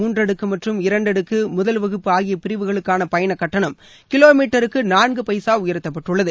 முன்றடுக்கு மற்றும் இரன்டடுக்கு முதல்வகுப்பு ஆகிய பிரிவுகளுக்கான பயனக் கட்டணம் கிலோ மீட்டருக்கு நான்கு பைசா உயர்த்தப்பட்டுள்ளது